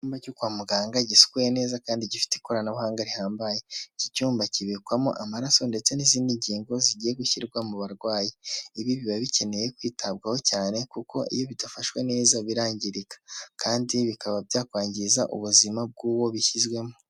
Icyumba cyo kwa muganga gisukuye neza kandi gifite ikoranabuhanga rihambaye, iki cyumba kibikwamo amaraso ndetse n'izindi ngingo zigiye gushyirwa mu barwayi, ibi biba bikeneye kwitabwaho cyane kuko iyo bidafashwe neza birangirika, kandi bikaba byakwangiza ubuzima bw'uwo bishyizwemo.